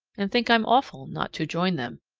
and think i'm awful not to join them.